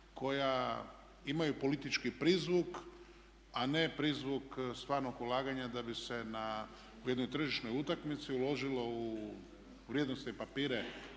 koja imaju politički prizvuk a ne prizvuk stvarnog ulaganja da bi se u jednoj tržišnoj utakmici uložilo u vrijednosne papire